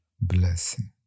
blessing